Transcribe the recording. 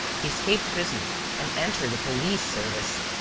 he escaped prison and entered the police service.